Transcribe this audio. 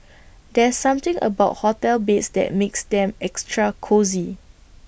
there's something about hotel beds that makes them extra cosy